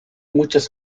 muchas